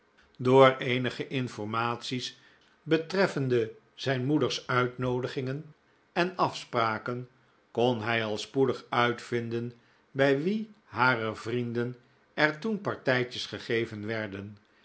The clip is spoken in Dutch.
door eenige informatics betreffende zijn moeders uitnoodigingen en afspraken kon hij al spoedig uitvinden bij wie harer vrienden er toen partijtjes gegeven werden